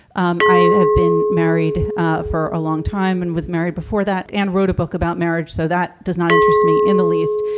um i have been married for a long time and was married before that and wrote a book about marriage. so that does not interest me in the least.